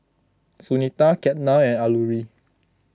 Sunita Ketna and Alluri